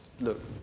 look